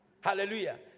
Hallelujah